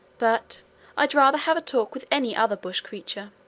but i'd rather have a talk with any other bush creature.